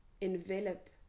envelop